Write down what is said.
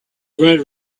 bright